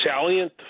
salient